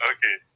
Okay